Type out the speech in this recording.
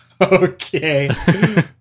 Okay